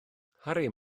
harri